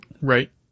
Right